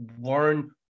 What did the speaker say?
learn